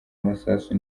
amasasu